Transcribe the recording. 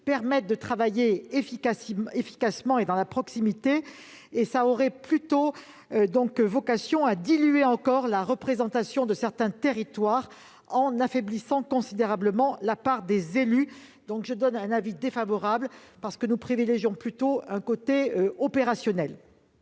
permette de travailler efficacement et dans la proximité. Cela aurait plutôt tendance à diluer encore la représentation de certains territoires en affaiblissant considérablement la part des élus. Par conséquent, j'émets un avis défavorable sur cet amendement. Nous privilégions plutôt l'aspect opérationnel.